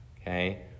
okay